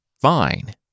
fine